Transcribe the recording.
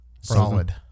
solid